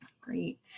Great